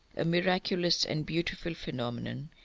a miraculous and beautiful phenomenon,